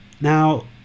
Now